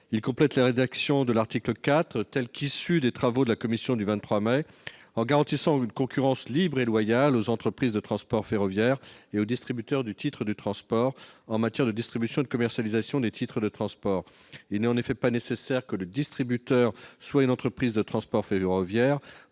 Il complète la rédaction de l'article 4, tel qu'issu des travaux de la commission du 23 mai dernier, en garantissant une concurrence libre et loyale aux entreprises de transport ferroviaire et aux distributeurs de titres de transport, en matière de distribution et de commercialisation des titres de transport. Il n'est en effet pas nécessaire que le distributeur soit une entreprise de transport ferroviaire